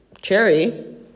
cherry